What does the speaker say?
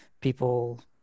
People